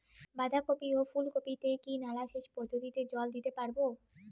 বাধা কপি ও ফুল কপি তে কি নালা সেচ পদ্ধতিতে জল দিতে পারবো?